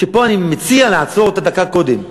ופה אני מציע לעצור אותה דקה קודם,